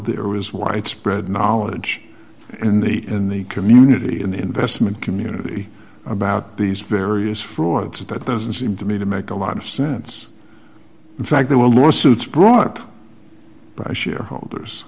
there was widespread knowledge in the in the community in the investment community about these various fronts but it doesn't seem to me to make a lot of sense in fact there were lawsuits brought by shareholders